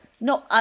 No